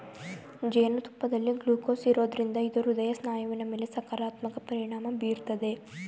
ಜೇನುತುಪ್ಪದಲ್ಲಿ ಗ್ಲೂಕೋಸ್ ಇರೋದ್ರಿಂದ ಇದು ಹೃದಯ ಸ್ನಾಯುವಿನ ಮೇಲೆ ಸಕಾರಾತ್ಮಕ ಪರಿಣಾಮ ಬೀರ್ತದೆ